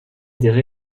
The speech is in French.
étaient